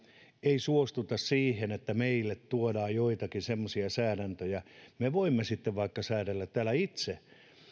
ei suostuta siihen että meille tuodaan joitakin semmoisia säädäntöjä me voimme sitten vaikka säädellä täällä itse niin